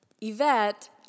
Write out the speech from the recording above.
Yvette